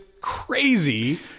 crazy